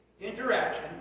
interaction